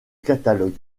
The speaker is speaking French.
catalogue